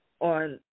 on